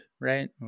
right